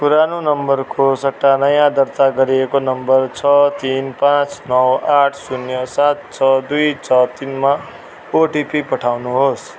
पुरानो नम्बरको सट्टा नयाँ दर्ता गरिएको नम्बर छ तिन पाँच नौ आठ शून्य सात छ दुई छ तिनमा ओटिपी पठाउनुहोस्